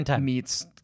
meets